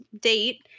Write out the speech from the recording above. date